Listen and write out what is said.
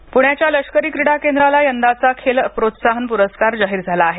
खेलरत्न पुण्याच्या लष्करी क्रीडा केंद्राला यंदाचा खेल प्रोत्साहान पुरस्कार जाहीर झाला आहे